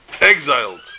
exiled